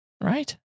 Right